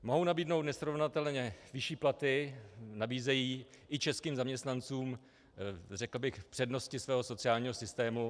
Mohou nabídnout nesrovnatelně vyšší platy, nabízejí i českým zaměstnancům řekl bych přednosti svého sociálního systému.